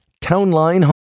Townline